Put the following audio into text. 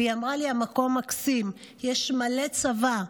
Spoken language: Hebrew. והיא אמרה לי: המקום מקסים, יש מלא צבא.